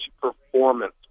performance